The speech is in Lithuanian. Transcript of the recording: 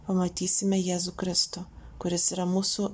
pamatysime jėzų kristų kuris yra mūsų